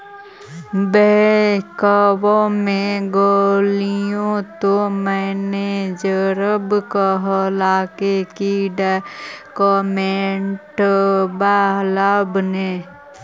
बैंकवा मे गेलिओ तौ मैनेजरवा कहलको कि डोकमेनटवा लाव ने?